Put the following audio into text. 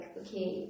okay